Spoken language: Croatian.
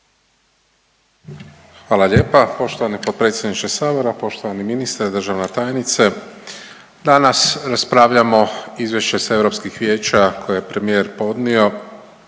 Hvala lijepa poštovani potpredsjedniče sabora, poštovani ministre, državna tajnice. Danas raspravljamo izvješće sa europskih vijeća koje je premijer podnio